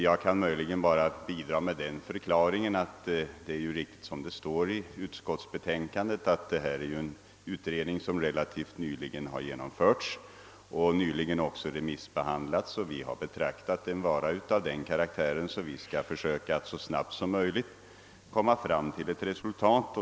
Jag kan möjligen bidra med den förklaringen att det, såsom påpekas i utlåtandet, är fråga om en relativt nyligen genomförd och remissbehandlad utredning. Vi har ansett den vara av den karaktären att vi skall försöka att så snabbt som möjligt komma fram till ett resultat.